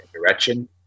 direction